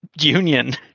Union